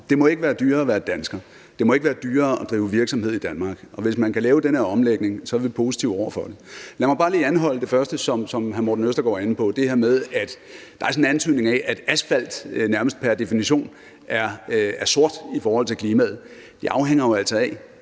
Det må ikke være dyrere at være dansker. Det må ikke være dyrere at drive virksomhed i Danmark. Og hvis man kan lave den her omlægning, er vi positive over for det. Lad mig bare lige anholde det første, som hr. Morten Østergaard er inde på. Der er sådan en antydning af, at asfalt nærmeste pr. definition er sort i forhold til klimaet. Det afhænger jo altså af,